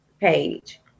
page